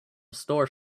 store